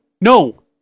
No